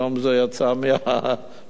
היום זה יצא מהליין,